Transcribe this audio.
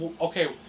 Okay